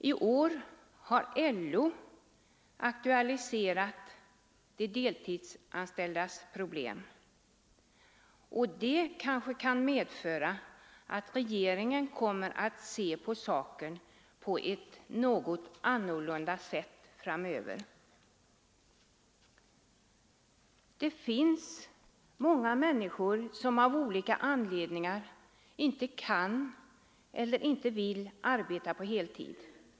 I år har LO aktualiserat de deltidsanställdas problem, och det kanske kan medföra att regeringen ser på saken något annorlunda framöver. Det finns många människor som av olika anledningar inte kan eller inte vill arbeta på heltid.